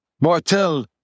Martel